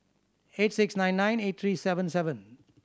eight six nine nine eight three seven seven